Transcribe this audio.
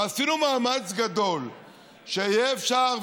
ועשינו מאמץ גדול שיהיה אפשר,